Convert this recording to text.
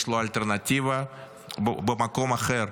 שיש לו אלטרנטיבה במקום אחר.